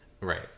Right